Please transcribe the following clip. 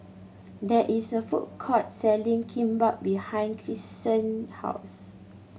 there is a food court selling Kimbap behind Kyson house